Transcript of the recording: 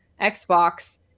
Xbox